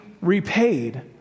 repaid